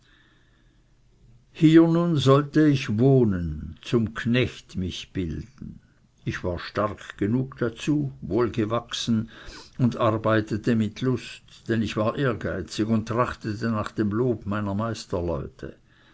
nun sollte ich wohnen zum knecht mich bilden ich war stark genug dazu wohlgewachsen und arbeitete mit lust denn ich war ehrgeizig und trachtete nach dem lob meiner